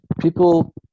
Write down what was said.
people